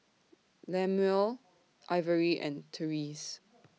Lemuel Ivory and Tyrese